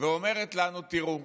ואומרת לנו: תראו,